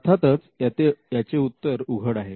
अर्थातच याचे उत्तर उघड आहे